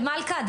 מלכה,